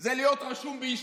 זה להיות רשום בישיבה.